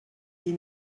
des